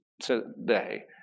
today